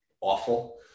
awful